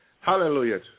Hallelujah